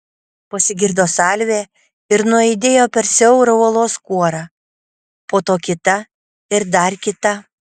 pasigirdo salvė ir nuaidėjo per siaurą uolos kuorą po to kita ir dar kita